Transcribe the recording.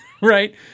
Right